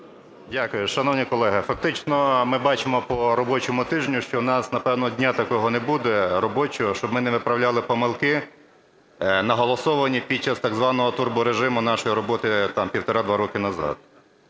Дякую. Шановні колеги, фактично, ми бачимо по робочому тижню, що у нас, напевно, дня такого не буде робочого, щоб ми не виправляли помилки, наголосовані під час так званого турборежиму нашої роботи там півтора-два роки назад.